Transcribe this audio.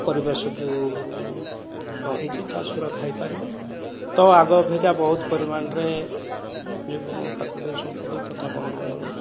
ପରିବେଶ ଯେଉଁ ରହିଛି ତା ସୁରକ୍ଷା ହୋଇପାରିବ ତ ଆଗ ଅପେକ୍ଷା ବହୁତ ପରିମାଣରେ ଯେଉଁ ପ୍ରାକୃତିକ ସମ୍ପଦ ତଥା ବଣ ଜଙ୍ଗଲ